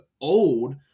old